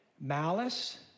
malice